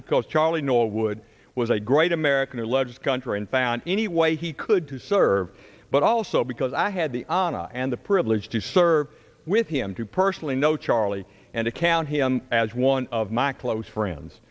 because charlie norwood was a great american alleged country and found any way he could to serve but also because i had the honor and the privilege to serve with him to personally know charlie and account he as one of my close friends